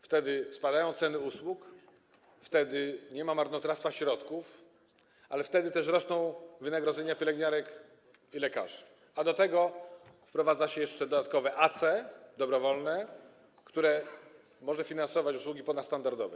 Wtedy spadają ceny usług, wtedy nie ma marnotrawstwa środków, ale wtedy też rosną wynagrodzenia pielęgniarek i lekarzy, a do tego wprowadza się jeszcze dodatkowe dobrowolne AC, które może finansować usługi ponadstandardowe.